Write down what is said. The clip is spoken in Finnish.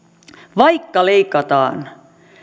vaikka leikataan